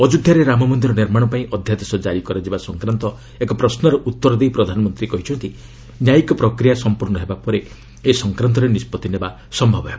ଅଯୋଧ୍ୟରେ ରାମମନ୍ଦିର ନିର୍ମାଣ ପାଇଁ ଅଧ୍ୟାଦେଶ କାରି କରାଯିବା ସଂକ୍ରାନ୍ତ ଏକ ପ୍ରଶ୍ନର ଉତ୍ତର ଦେଇ ପ୍ରଧାନମନ୍ତ୍ରୀ କହିଛନ୍ତି ନ୍ୟାୟିକ ପ୍ରକ୍ରିୟା ସମ୍ପର୍ଶ୍ଣ ହେବା ପରେ ଏ ସଂକ୍ରାନ୍ତରେ ନିଷ୍ପତ୍ତି ନେବା ସମ୍ଭବ ହେବ